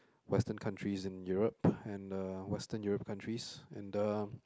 western countries in Europe and uh western Europe countries and um